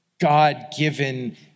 God-given